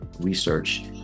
research